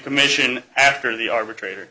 commission after the arbitrator